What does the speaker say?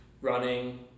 running